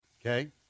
Okay